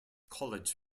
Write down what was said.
college